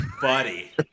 buddy